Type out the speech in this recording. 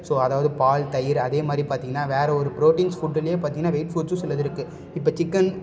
so அதாவது பால் தயிர் அதே மாதிரி பார்த்திங்கன்னா வேறு ஒரு புரோட்டீன் ஃபுட்டுலையே பார்த்திங்கன்னா வெயிட் ஃபுட்ஸும் சில இது இருக்கு இப்போ சிக்கன்